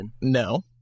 No